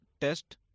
test